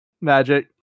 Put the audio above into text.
magic